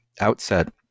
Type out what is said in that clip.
outset